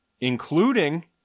Including